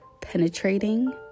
penetrating